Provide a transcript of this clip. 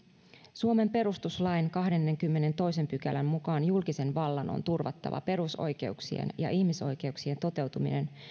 suomen perustuslain kahdennenkymmenennentoisen pykälän mukaan julkisen vallan on turvattava perusoikeuksien ja ihmisoikeuksien toteutuminen